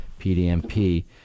PDMP